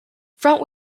front